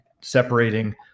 separating